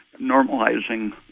normalizing